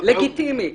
לגיטימי.